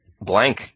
blank